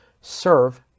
serve